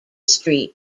street